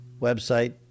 website